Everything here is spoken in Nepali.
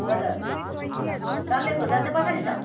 हजुर डल्ले खोर्सानी चाहिँ कसरी छ